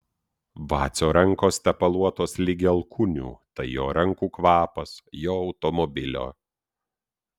vacio rankos tepaluotos ligi alkūnių tai jo rankų kvapas jo automobilio